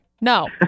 No